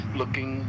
looking